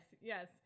yes